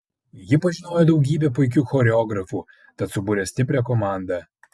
ji pažinojo daugybę puikių choreografų tad subūrė stiprią komandą